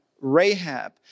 Rahab